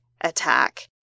attack